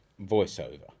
voiceover